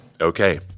Okay